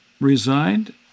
resigned